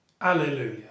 Alleluia